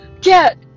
get